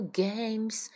games